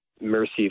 mercy